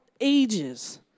ages